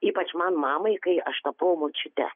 ypač man mamai kai aš tapau močiute